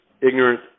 ignorant